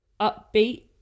upbeat